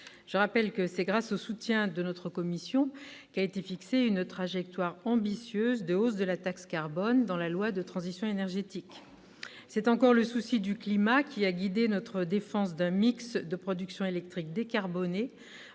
Je rappelle que c'est grâce au soutien de notre commission qu'a été fixée une trajectoire ambitieuse de hausse de la taxe carbone dans la loi relative à la transition énergétique pour la croissance verte. C'est encore le souci du climat qui a guidé notre défense d'un mix de production électrique décarboné